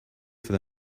for